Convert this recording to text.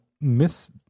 miss